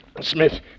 Smith